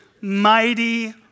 mighty